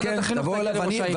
ועדת החינוך תבוא לראש העיר.